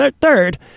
third